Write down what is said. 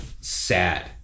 sad